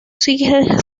singer